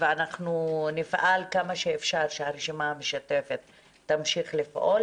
נפעל כמה שאפשר שהרשימה המשותפת תמשיך לפעול,